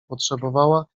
potrzebowała